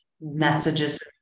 messages